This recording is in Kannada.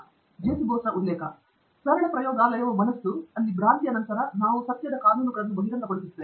ಮತ್ತು ಸರಳ ಪ್ರಯೋಗಾಲಯವು ಮನಸ್ಸು ಅಲ್ಲಿ ಭ್ರಾಂತಿಯ ನಂತರ ನಾವು ಸತ್ಯದ ಕಾನೂನುಗಳನ್ನು ಬಹಿರಂಗಪಡಿಸುತ್ತೇವೆ